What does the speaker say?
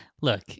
look